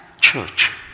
church